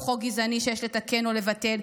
הוא חוק גזעני שיש לתקן או לבטל,